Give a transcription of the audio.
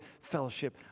fellowship